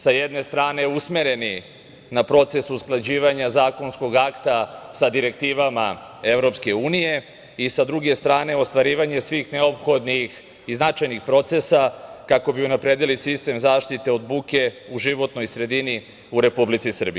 Sa jedne strane usmereni na proces usklađivanja zakonskog akta sa direktivama Evropske unije, i sa druge strane ostvarivanje svih neophodnih i značajnih procesa kako bi unapredili sistem zaštite od buke u životnoj sredini u Republici Srbiji.